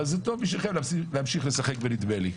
אבל זה טוב בשבילכם להמשיך לשחק בנדמה לי.